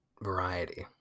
variety